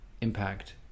impact